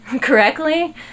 correctly